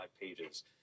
pages